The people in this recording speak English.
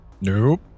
Nope